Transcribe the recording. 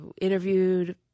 interviewed